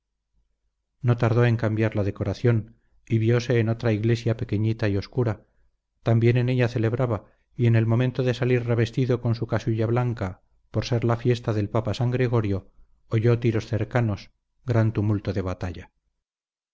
no tardó en cambiar la decoración y viose en otra iglesia pequeñita y oscura también en ella celebraba y en el momento de salir revestido con casulla blanca por ser la fiesta del papa san gregorio oyó tiros cercanos gran tumulto de batalla